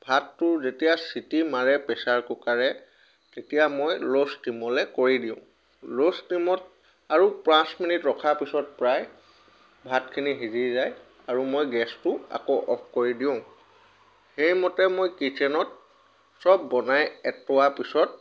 ভাতটো যেতিয়া চিটি মাৰে প্ৰেছাৰ কুকাৰে তেতিয়া মই ল' ষ্টিমলৈ কৰি দিওঁ ল' ষ্টিমত আৰু পাঁচ মিনিট ৰখা পিছত প্ৰায় ভাতখিনি সিজি যায় আৰু মই গেছটো আকৌ অফ কৰি দিওঁ সেইমতে মই কিট্চ্ছেনত চব বনাই অতোৱা পিছত